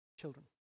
children